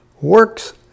Works